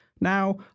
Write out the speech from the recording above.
Now